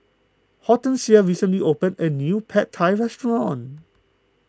Hortensia recently opened a new Pad Thai restaurant